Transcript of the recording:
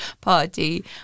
party